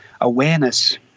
awareness